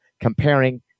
comparing